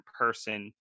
person